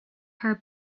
her